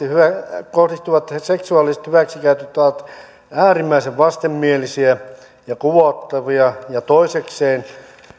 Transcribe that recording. kohdistuvat seksuaaliset hyväksikäytöt ovat äärimmäisen vastenmielisiä ja kuvottavia ja toisekseen